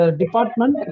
department